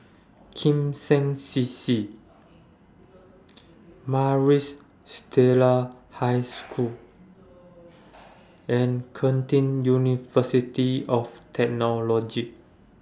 Kim Seng C C Maris Stella High School and Curtin University of Technology